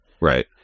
Right